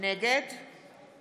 נגד